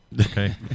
Okay